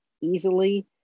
easily